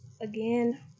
again